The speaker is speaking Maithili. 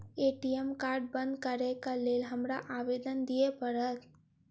ए.टी.एम कार्ड बंद करैक लेल हमरा आवेदन दिय पड़त?